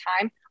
time